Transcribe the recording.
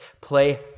play